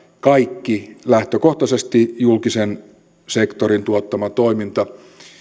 lähtökohtaisesti kaikki julkisen sektorin tuottama toiminta